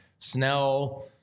Snell